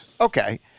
Okay